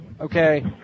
okay